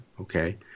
okay